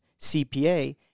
CPA